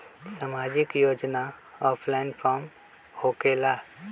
समाजिक योजना offline form होकेला?